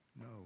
No